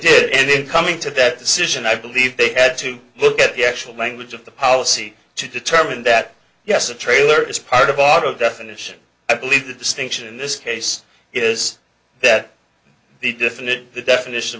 did and in coming to that decision i believe they had to look at the actual language of the policy to determine that yes the trailer is part of auto definition i believe the distinction in this case is that the definition